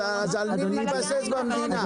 אז על מי נתבסס במדינה?